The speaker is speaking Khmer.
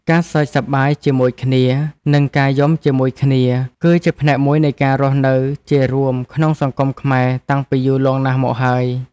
ការសើចសប្បាយជាមួយគ្នា និងការយំជាមួយគ្នា គឺជាផ្នែកមួយនៃការរស់នៅជារួមក្នុងសង្គមខ្មែរតាំងពីយូរលង់ណាស់មកហើយ។